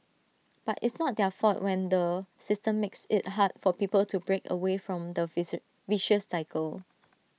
but it's not their fault when the system makes IT hard for people to break away from the facer vicious cycle